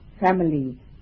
family